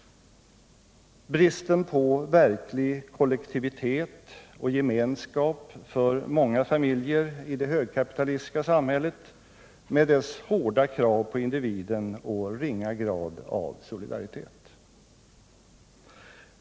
Bristen på verklig kollektivitet och gemenskap för många familjer i det högkapitalistiska samhället med dess hårda krav på individen och ringa grad av solidaritet.